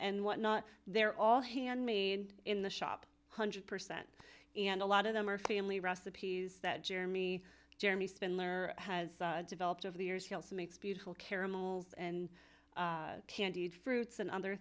and whatnot they're all handmade in the shop hundred percent and a lot of them are family recipes that jeremy jeremy spindler has developed over the years he also makes beautiful caramels and candied fruits and other